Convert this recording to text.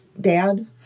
dad